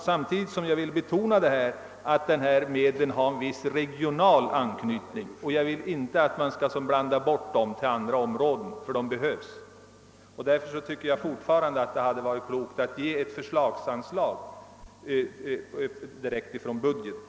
Jag vill samtidigt betona att de medel jag här nämnt har en viss regional anknytning, och inte bör användas för andra områden, ty de behövs för de bygder som drabbas av vattenregleringar. Jag tycker fortfarande att det hade varit bättre att för forskningsändamål anvisa ett förslagsanslag direkt från budgeten.